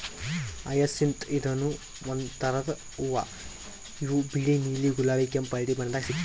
hyacinth ಇದೂನು ಒಂದ್ ಥರದ್ ಹೂವಾ ಇವು ಬಿಳಿ ನೀಲಿ ಗುಲಾಬಿ ಕೆಂಪ್ ಹಳ್ದಿ ಬಣ್ಣದಾಗ್ ಸಿಗ್ತಾವ್